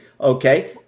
okay